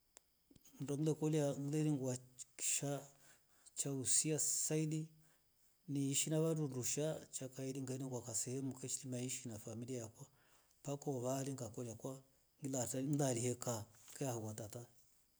Ndo ngilekola ngile ningwa kishaa cha usiha saidini iishi na wandu undusha cha kaili cha ishi na familia yakwa pakauvali ngilalie na tata.